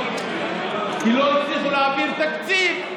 כי לא הצליחו להעביר תקציב.